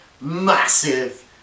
massive